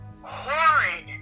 horrid